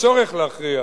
והצורך להכריע